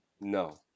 no